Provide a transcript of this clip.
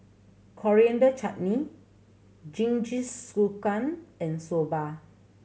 Coriander Chutney Jingisukan and Soba